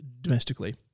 domestically